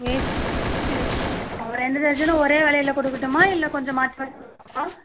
வேஷ்டி இருக்கு ரெண்டு டஜனும் ஒரே விலையில கொடுக்கட்டுமா இல்லை கொஞ்சம் மாற்றி மாற்றி கொடுக்கட்டுமா